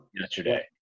yesterday